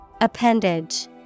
Appendage